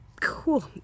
Cool